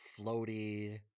floaty